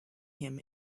him